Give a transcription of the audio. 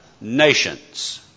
nations